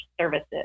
services